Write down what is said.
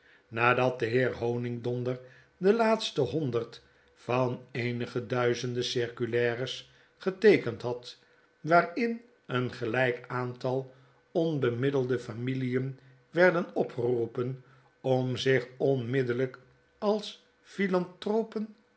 nadat de heer honigdonder de laatste honderd van eenige duizenden circulates geteekend had waarin een gelp aantal onbemiddelde familien werden opgeroepen omzichonmiddelljjk als